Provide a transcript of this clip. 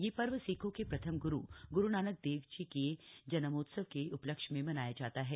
यह पर्व सिखों के प्रथम ग्रु ग्रुनाक देव जी जन्मोत्सव के उपलक्ष्य में मनाया जाता है